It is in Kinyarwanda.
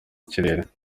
kirere